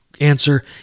answer